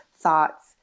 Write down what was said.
thoughts